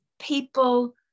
people